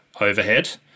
overhead